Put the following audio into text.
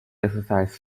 exercise